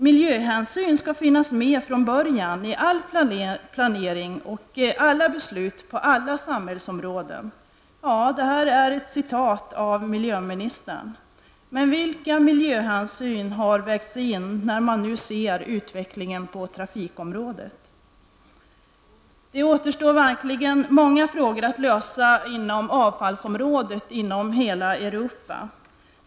Miljöhänsyn skall finnas med från början i all planering och i alla beslut på alla samhällsområden. Detta är ett uttalande av miljöministern. Men när man nu ser utvecklingen på trafikområdet undrar man vilka miljöhänsyn som har vägts in. Det återstår många frågor att lösa på avfallsområdet inom hela Europa.